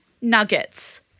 nuggets